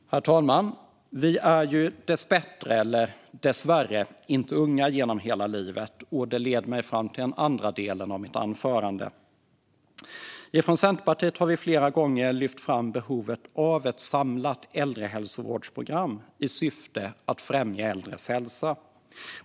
Herr talman! Vi är dessbättre, eller dessvärre, inte unga genom hela livet. Och det leder mig fram till den andra delen av mitt anförande. Centerpartiet har flera gånger lyft fram behovet av ett samlat äldrehälsovårdsprogram i syfte att främja äldres hälsa.